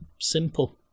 Simple